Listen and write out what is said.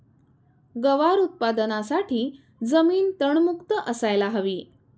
गवार उत्पादनासाठी जमीन तणमुक्त असायला हवी